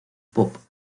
pop